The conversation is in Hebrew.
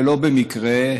ולא במקרה,